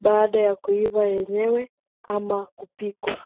baada ya kuiva yenyewe amma kupikwa.